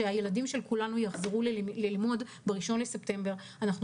שהילדים של כולנו יחזרו ללמוד ב-1 בספטמבר אנחנו